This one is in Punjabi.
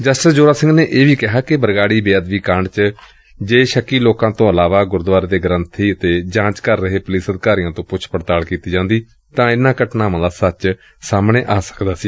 ਜਸਟਿਸ ਜ਼ੋਰਾ ਸਿੰਘ ਨੇ ਇਹ ਵੀ ਕਿਹਾ ਕਿ ਬਰਗਾਤੀ ਬੇਅਦਬੀ ਕਾਂਡ ਵਿਚ ਜੇ ਸ਼ੱਕੀ ਲੋਕਾਂ ਤੋਂ ਇਲਾਵਾ ਗੁਰਦੁਆਰੇ ਦੇ ਗ੍ੰਬੀ ਅਤੇ ਜਾਂਚ ਕਰ ਰਹੇ ਪੁਲਿਸ ਅਧਿਕਾਰੀਆਂ ਤੋਂ ਪੁੱਛ ਪੜਤਾਲ ਕੀਤੀ ਜਾਂਦੀ ਇਨੂਾਂ ਘਟਨਾਵਾਂ ਦਾ ਸੱਚ ਸਾਹਮਣੇ ਆ ਸਕਦਾ ਸੀ